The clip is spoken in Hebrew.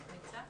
יהודית,